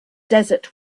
desert